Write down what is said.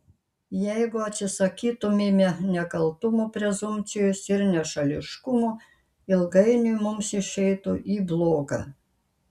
jeigu atsisakytumėme nekaltumo prezumpcijos ir nešališkumo ilgainiui mums išeitų į bloga